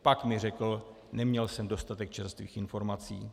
Pak mi řekl: neměl jsem dostatek čerstvých informací.